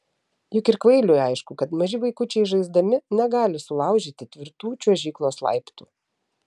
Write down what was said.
juk ir kvailiui aišku kad maži vaikučiai žaisdami negali sulaužyti tvirtų čiuožyklos laiptų